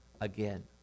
again